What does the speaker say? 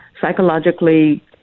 psychologically